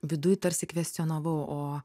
viduj tarsi kvestionavau o